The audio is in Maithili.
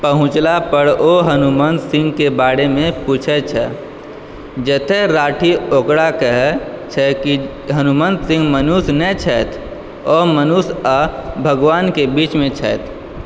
पहुँचलापर ओ हनुमन्त सिंहके बारेमे पूछै छथि जतऽ राठी ओकरा कहै छथि जे हनुमन्त सिंह मनुष्य नहि छथि ओ मनुष्य आओर भगवानके बीचमे छथि